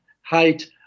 height